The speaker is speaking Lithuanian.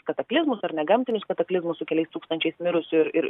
kataklizmus ar ne gamtinius kataklizmus su keliais tūkstančiais mirusių ir ir